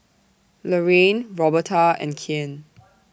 Lorraine Roberta and Kyan